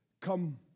come